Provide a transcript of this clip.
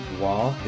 wall